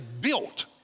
built